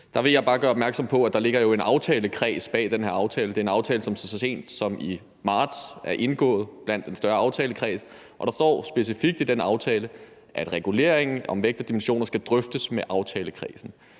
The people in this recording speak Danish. Der vil jeg bare gøre opmærksom på, at der jo er en aftalekreds bag den her aftale. Det er en aftale, der så sent som i marts er indgået af en større aftalekreds, og der står specifikt i den aftale, at reguleringen af vægt og dimensioner skal drøftes med aftalekredsen.